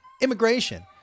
Immigration